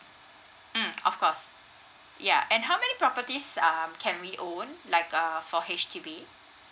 mm of course ya and how many properties err can we own like err for H_D_B